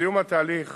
בסיום התהליך